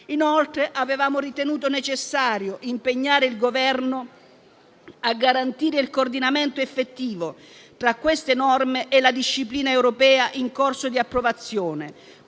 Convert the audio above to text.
Inoltre, avevamo ritenuto necessario impegnare il Governo a garantire il coordinamento effettivo tra queste norme e la disciplina europea in corso di approvazione,